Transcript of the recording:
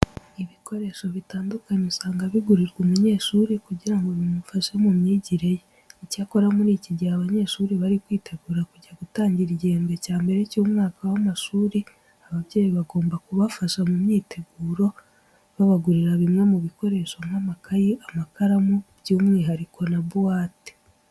Ibikoresho bitandukanye usanga bigurirwa umunyeshuri kugira ngo bimufashe mu myigire ye. Icyakora muri iki gihe abanyeshuri bari kwitegura kujya gutangira igihembwe cya mbere cy'umwaka w'amashuri, ababyeyi bagomba kubafasha mu myiteguro babagurira bimwe mu bikoresho nk'amakayi, amakaramu by'umwihariko na buwate.